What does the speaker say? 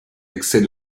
excès